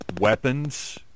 weapons